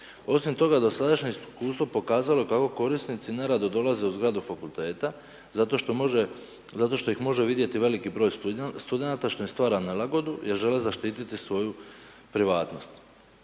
Osim toga, dosadašnje iskustvo pokazalo je kako korisnici nerado dolaze u zgradu fakulteta, zato što može zato što ih može vidjeti veliki broj studenata, što im stvara nelagodu, jer žele zaštiti svoju privatnost.